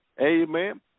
Amen